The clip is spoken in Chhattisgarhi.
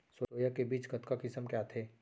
सोया के बीज कतका किसम के आथे?